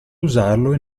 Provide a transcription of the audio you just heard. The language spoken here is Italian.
usarlo